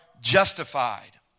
justified